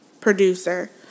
producer